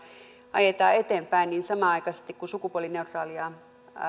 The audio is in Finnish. ajetaan eteenpäin niin samanaikaisesti kun sukupuolineutraalia